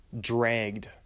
dragged